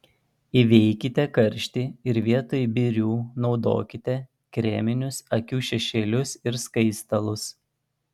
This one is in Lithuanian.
įveikite karštį ir vietoj birių naudokite kreminius akių šešėlius ir skaistalus